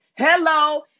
Hello